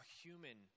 human